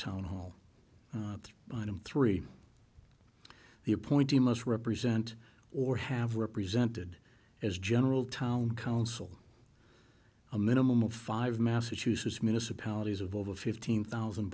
town hall item three the appointee must represent or have represented as general town council a minimum of five massachusetts municipalities of over fifteen thousand